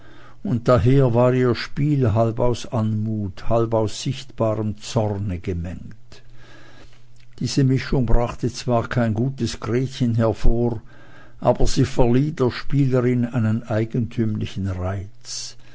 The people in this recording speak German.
und daher war ihr spiel halb aus anmut und halb aus sichtbarem zorne gemengt diese mischung brachte zwar kein gutes gretchen hervor aber sie verlieh der spielerin einen eigentümlichen reiz